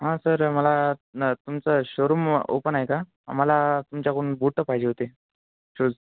हा सर मला तुमचं शोरूम ओपन आहे का मला तुमच्याकडून बूटं पाहिजे होते शूज